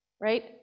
Right